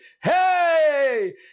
Hey